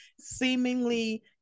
seemingly